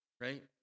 right